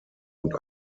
und